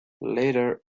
later